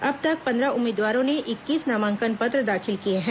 अब तक पंद्रह उम्मीदवारों ने इक्कीस नामांकन पत्र दाखिल किए हैं